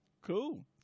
Cool